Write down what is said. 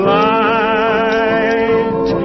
light